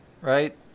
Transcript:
right